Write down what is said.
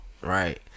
right